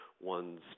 one's